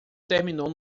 terminou